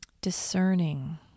Discerning